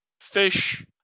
fish